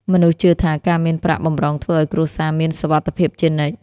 មនុស្សជឿថា ការមានប្រាក់បម្រុងធ្វើឱ្យគ្រួសារមានសុវត្ថិភាពជានិច្ច។